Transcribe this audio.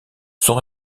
sont